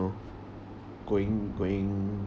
know going going